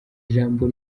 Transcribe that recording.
ijambo